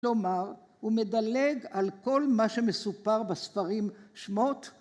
כלומר, הוא מדלג על כל מה שמסופר בספרים שמות.